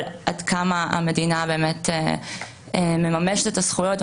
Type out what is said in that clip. עד כמה המדינה באמת מממשת את הזכויות.